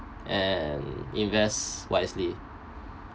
and invest wisely